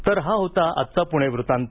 तर हा होता आजचा पुणे वृत्तांत